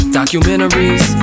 Documentaries